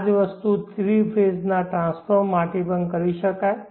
આ જ વસ્તુ થ્રી ફેજ ના ટ્રાન્સફોર્મર માટે પણ કરી શકાય છે